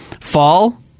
Fall